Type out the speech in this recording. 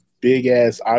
big-ass